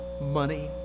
money